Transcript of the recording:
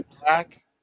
black